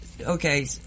Okay